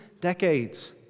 decades